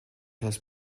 has